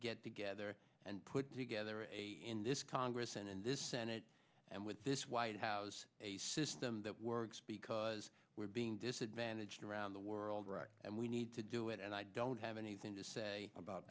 get together and put together in this congress and in this senate and with this white house a system that works because we're being disadvantaged around the world right and we need to do it and i don't have anything to say about